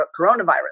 coronavirus